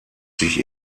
sich